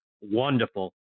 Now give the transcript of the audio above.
wonderful